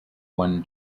won